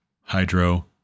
hydro